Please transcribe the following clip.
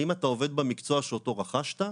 האם אתה עובד במקצוע שאותו רכשת?